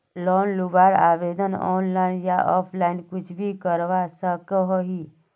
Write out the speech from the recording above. Loan लुबार आवेदन online या ऑफलाइन कुछ भी करवा सकोहो ही?